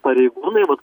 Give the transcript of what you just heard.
pareigūnai vat